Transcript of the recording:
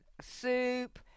soup